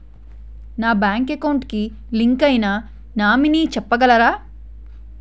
నా bank account కి link అయినా నామినీ చెప్పగలరా?